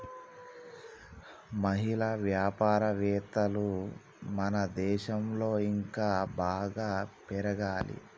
మహిళా వ్యాపారవేత్తలు మన దేశంలో ఇంకా బాగా పెరగాలి